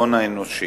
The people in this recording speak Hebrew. ההון האנושי.